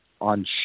on